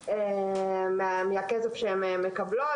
ההסכם בעניינו של הקטין